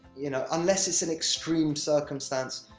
you know. unless it's an extreme circumstance,